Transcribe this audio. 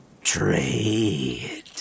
Trade